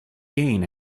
gain